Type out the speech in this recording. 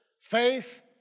Faith